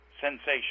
sensation